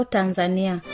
Tanzania